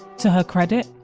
to her credit,